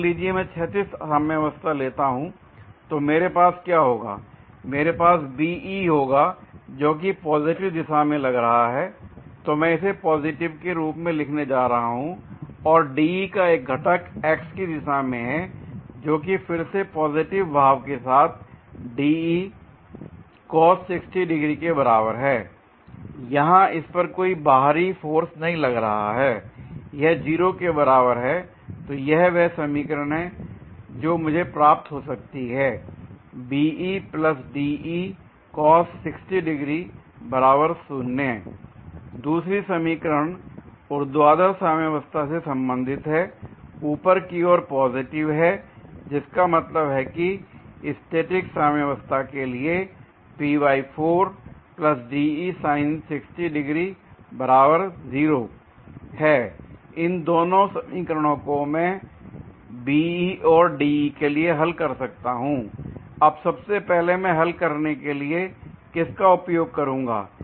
मान लीजिए मैं क्षैतिज साम्यवस्था लेता हूं तो मेरे पास क्या होगा मेरे पास BE होगा जोकि पॉजिटिव दिशा में लग रहा है l तो मैं इसे पॉजिटिव के रूप में लिखने जा रहा हूं और DE का एक घटक x की दिशा में हैं जो कि फिर से पॉजिटिव भाव के साथ DE cos 60° के बराबर है यहां इस पर कोई बाहरी फोर्स नहीं लग रहा है यह 0 के बराबर होता है तो यह वह समीकरण है जो मुझे प्राप्त हो सकती है l दूसरी समीकरण ऊर्ध्वाधर साम्यवस्था से संबंधित है ऊपर की ओर पॉजिटिव है जिसका मतलब है की स्टैटिक साम्यावस्था के लिए है l इन दोनों समीकरणों को मैं BE और DE के लिए हल कर सकता हूं l अब सबसे पहले मैं हल करने के लिए किसका उपयोग करूंगा